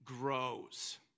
grows